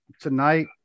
tonight